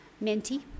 Minty